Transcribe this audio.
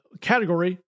category